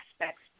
aspects